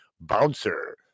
Bouncer